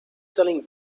selling